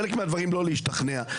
בחלק מהדברים לא להשתכנע,